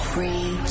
Free